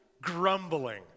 Grumbling